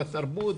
בתרבות,